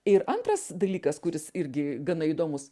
ir antras dalykas kuris irgi gana įdomus